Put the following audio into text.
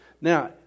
now